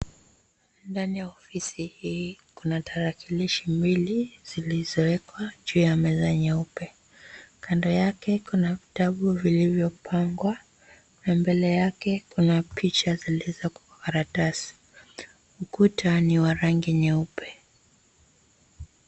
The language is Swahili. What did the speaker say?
Ndani ya ofisi hii, kuna tarakilishi mbili zilizowekwa juu ya meza nyeupe. Kando yake kuna vitambu vilivyopangwa na mbele yake kuna picha zilizo kwa karatasi. Kuta ni wa rangi nyeupe.